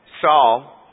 Saul